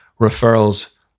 referrals